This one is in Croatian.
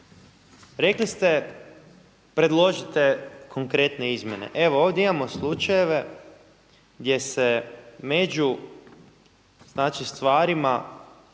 Rekli ste predložite konkretne izmjene, evo ovdje imao slučajeve gdje se među znači